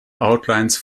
outlines